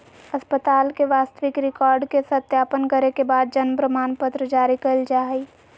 अस्पताल के वास्तविक रिकार्ड के सत्यापन करे के बाद जन्म प्रमाणपत्र जारी कइल जा हइ